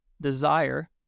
desire